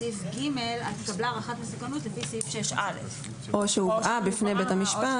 בסעיף (ג) התקבלה הערכת מסוכנות לפי סעיף 6א. או שהובאה בפני בית המשפט.